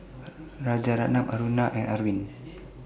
Rajaratnam Aruna and Arvind